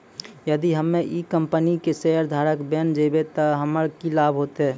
यदि हम्मै ई कंपनी के शेयरधारक बैन जैबै तअ हमरा की लाभ होतै